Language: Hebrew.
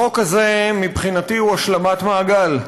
החוק הזה, מבחינתי הוא השלמת מעגל,